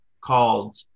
called